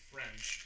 French